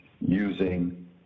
using